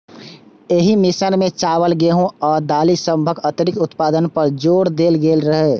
एहि मिशन मे चावल, गेहूं आ दालि सभक अतिरिक्त उत्पादन पर जोर देल गेल रहै